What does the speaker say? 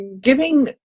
giving